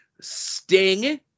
Sting